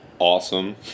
Awesome